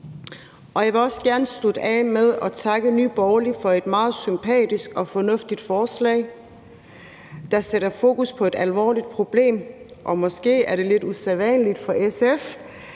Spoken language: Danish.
Jeg vil også gerne slutte af med at takke Nye Borgerlige for et meget sympatisk og fornuftigt forslag, der sætter fokus på et alvorligt problem. Og måske er det lidt usædvanligt for SF,